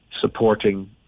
Supporting